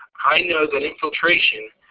i know that infiltration,